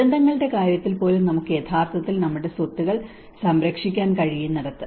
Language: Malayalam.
ദുരന്തങ്ങളുടെ കാര്യത്തിൽ പോലും നമുക്ക് യഥാർത്ഥത്തിൽ നമ്മുടെ സ്വത്തുക്കൾ സംരക്ഷിക്കാൻ കഴിയുന്നിടത്ത്